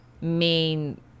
main